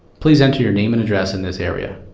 please enter your name and address in this area.